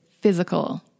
physical